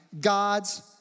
God's